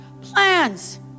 plans